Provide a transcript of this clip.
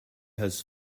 has